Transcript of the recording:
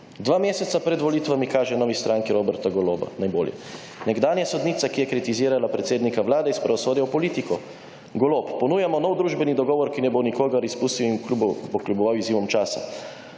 Dva meseca pred volitvami kaže novi stranki Roberta Goloba najbolje, Nekdanja sodnica, ki je kritizirala predsednika vlade iz pravosodja v politiko, Golob: Ponujamo nov družbeni dogovor, ki ne bo nikogar izpustil in bo kljuboval izzivom časa,